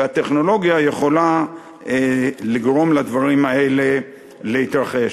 והטכנולוגיה יכולה לגרום לדברים האלה להתרחש.